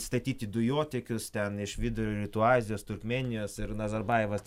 statyti dujotiekius ten iš vidurio rytų azijos turkmėnijos ir nazarbajevas